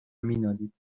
مینالید